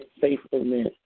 faithfulness